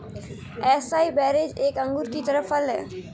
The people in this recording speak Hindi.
एसाई बेरीज एक अंगूर की तरह फल हैं